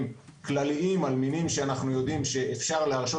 כלליים על מינים שאנחנו יודעים שאפשר להרשות